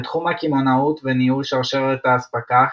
בתחום הקמעונאות וניהול שרשרת האספקה,